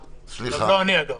גם לא אני, אגב.